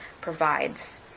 provides